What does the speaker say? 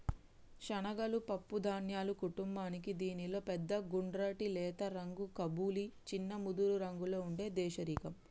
శనగలు పప్పు ధాన్యాల కుటుంబానికీ దీనిలో పెద్ద గుండ్రటి లేత రంగు కబూలి, చిన్న ముదురురంగులో ఉండే దేశిరకం